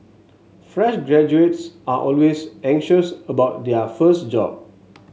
fresh graduates are always anxious about their first job